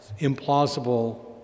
implausible